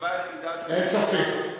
הסיבה היחידה, אין ספק.